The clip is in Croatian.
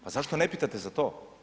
Pa zašto ne pitate za to?